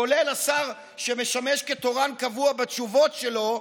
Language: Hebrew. כולל השר שמשמש כתורן קבוע בתשובות שלו,